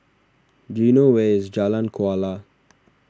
do you know where is Jalan Kuala